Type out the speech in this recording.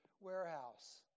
warehouse